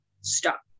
stop